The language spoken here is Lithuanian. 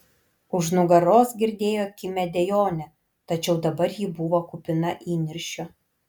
už nugaros girdėjo kimią dejonę tačiau dabar ji buvo kupina įniršio